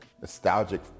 nostalgic